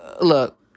look